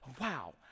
Wow